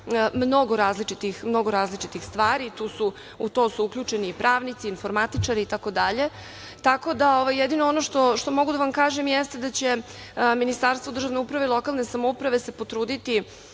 mnogo različitih stvari. U to su uključeni i pravnici, informatičari itd. Jedino što mogu da vam kažem jeste da će Ministarstvo državne uprave i lokalne samouprave se potruditi